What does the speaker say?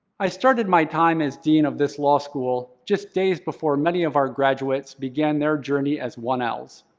i started my time as dean of this law school just days before many of our graduates began their journey as one else.